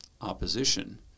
opposition